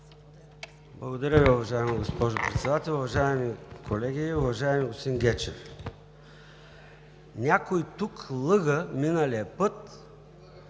Благодаря Ви, уважаема госпожо Председател. Уважаеми колеги! Уважаеми господин Гечев, „някой тук лъга миналия път“